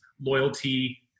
loyalty